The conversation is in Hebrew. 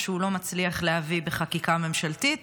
מה שהוא לא מצליח להביא בחקיקה ממשלתית